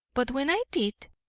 but when i did,